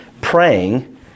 praying